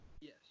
yes